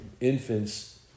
infants